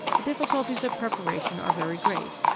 the difficulties of preparation are very great.